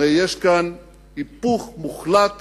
הרי יש כאן היפוך מוחלט